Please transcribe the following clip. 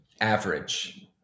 average